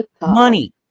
Money